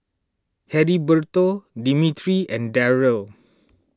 Heriberto Dimitri and Darryle